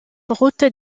route